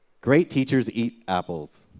great teachers eat apples.